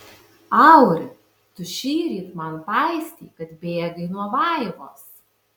auri tu šįryt man paistei kad bėgai nuo vaivos